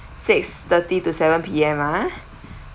six thirty to seven P M ah